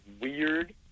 weird